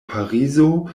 parizo